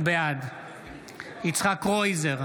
בעד יצחק קרויזר,